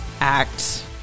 Act